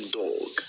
dog